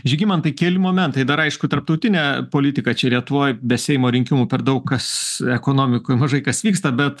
žygimantai keli momentai dar aišku tarptautinė politika čia lietuvoj be seimo rinkimų per daug kas ekonomikoj mažai kas vyksta bet